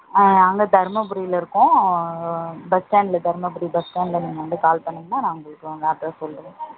ஆ அங்கே தர்மபுரியில இருக்கோம் பஸ் ஸ்டாண்ட்டில் தருமபுரி பஸ் ஸ்டாண்ட்டில் நீங்கள் வந்து கால் பண்ணிங்கன்னா நான் உங்கள் அட்ரஸ்